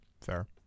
Fair